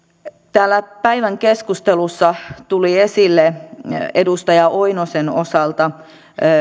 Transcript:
täällä päivän keskustelussa tuli esille edustaja oinosen osalta